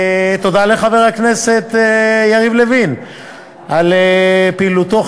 תודה לחבר הכנסת יריב לוין על פעילותו,